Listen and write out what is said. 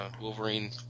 Wolverine